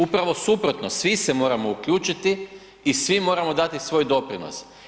Upravo suprotno, svi se moramo uključiti i svi moramo dati svoj doprinos.